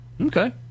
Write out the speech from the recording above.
okay